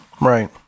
Right